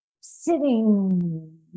sitting